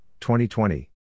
2020